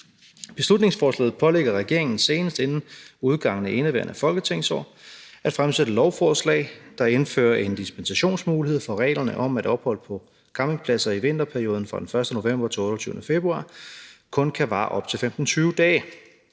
Beslutningsforslaget pålægger regeringen senest inden udgangen af indeværende folketingsår at fremsætte lovforslag, der indfører en dispensationsmulighed fra reglerne om, at ophold på campingpladser i vinterperioden fra den 1. november til den 28. februar kun kan vare op til 15-20 dage.